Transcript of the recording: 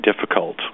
difficult